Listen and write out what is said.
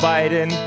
Biden